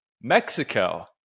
Mexico